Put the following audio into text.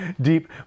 deep